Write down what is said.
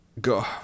go